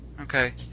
Okay